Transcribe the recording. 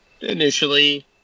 initially